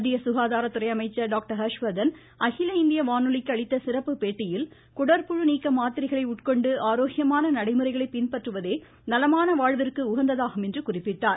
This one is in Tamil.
மத்திய சுகாதாரத்துறை அமைச்சர் டாக்டர் ஹர்ஷ்வர்தன் அகில இந்திய வானொலிக்கு அளித்த சிறப்பு பேட்டியில் குடற்புழு நீக்க மாத்திரைகளை உட்கொண்டு ஆரோக்கியமான நடைமுறைகளை பின்பற்றுவதே நலமான வாழ்விற்கு உகந்ததாகும் என்று குறிப்பிட்டார்